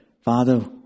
Father